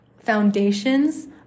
foundations